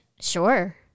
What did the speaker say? Sure